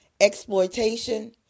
exploitation